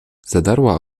zadarła